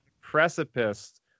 precipice